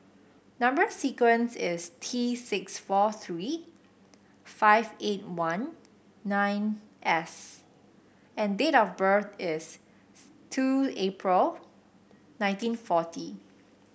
number sequence is T six four three five eight one nine S and date of birth is two April nineteen forty